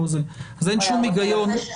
אין כל הגיון.